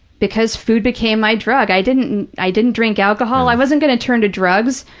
because food became my drug. i didn't i didn't drink alcohol. i wasn't going to turn to drugs.